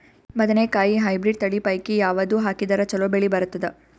ಬದನೆಕಾಯಿ ಹೈಬ್ರಿಡ್ ತಳಿ ಪೈಕಿ ಯಾವದು ಹಾಕಿದರ ಚಲೋ ಬೆಳಿ ಬರತದ?